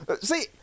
See